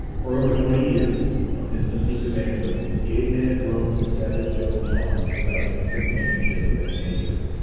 for over twenty years, from infancy to manhood, the ape-man had roamed his savage jungle haunts without human companionship of any nature.